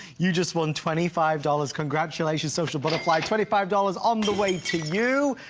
you just won twenty five dollars. congratulations social butterfly twenty five dollars on the way to you.